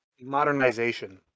modernization